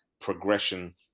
progression